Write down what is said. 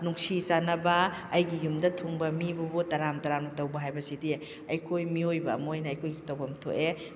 ꯅꯨꯡꯁꯤ ꯆꯥꯟꯅꯕ ꯑꯩꯒꯤ ꯌꯨꯝꯗ ꯊꯨꯡꯕ ꯃꯤꯕꯨ ꯇꯔꯥꯝ ꯇꯔꯥꯝꯅ ꯇꯧꯕ ꯍꯥꯏꯕꯁꯤꯗꯤ ꯑꯩꯈꯣꯏ ꯃꯤꯑꯣꯏꯕ ꯑꯃ ꯑꯣꯏꯅ ꯑꯩꯈꯣꯏꯁꯨ ꯇꯧꯐꯝ ꯊꯣꯛꯑꯦ